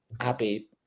happy